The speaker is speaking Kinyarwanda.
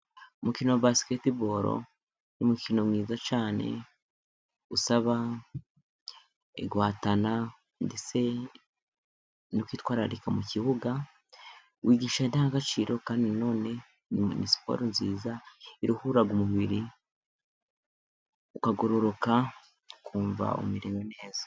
Umukino wa basiketiboro n'umukino mwiza cyane, usaba guhatana, ndetse no kwitwararika mu kibuga, wigisha indangagaciro kandi na none ni siporo nziza, iruhura umubiri ukagororoka ukumva umerewe neza.